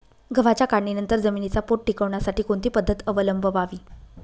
गव्हाच्या काढणीनंतर जमिनीचा पोत टिकवण्यासाठी कोणती पद्धत अवलंबवावी?